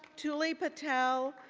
julie patel,